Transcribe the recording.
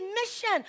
mission